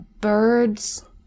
Birds